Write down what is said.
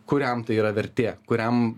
kuriam tai yra vertė kuriam